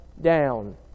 down